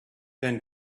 then